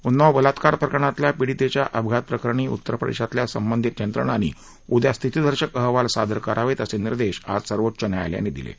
उन्नाव बलात्कार प्रकरणातल्या पिडीतेच्या अपघाताप्रकरणी उत्तरप्रदेशातल्या संबंधित यंत्रणांनी उद्या स्थितीदर्शक अहवाल सादर करावेत असे निर्देश आज सर्वोच्च न्यायालयानं दिले आहेत